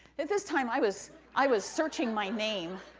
at this time, i was i was searching my name